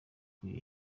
kw’i